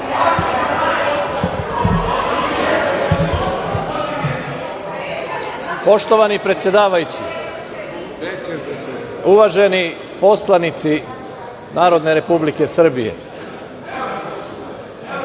Poštovani predsedavajući, uvaženi poslanici Republike Srbije,